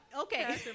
okay